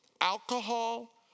Alcohol